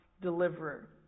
deliverer